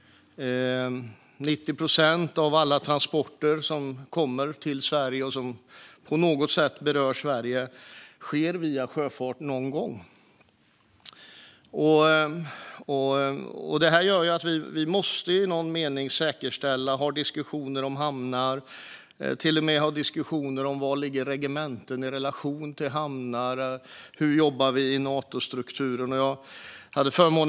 90 procent av alla transporter som kommer till Sverige och som på något sätt berör Sverige sker via sjöfart någon gång. Detta gör att vi i någon mening måste säkerställa och ha diskussioner om hamnar och till och med ha diskussioner om var regementen ligger i relation till hamnar och hur vi jobbar i Natostrukturen.